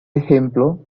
ejemplo